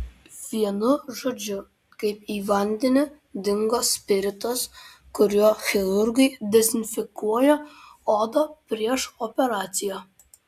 vienu žodžiu kaip į vandenį dingo spiritas kuriuo chirurgai dezinfekuoja odą prieš operaciją